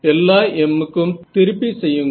எல்லா m கும் திருப்பி செய்யுங்கள்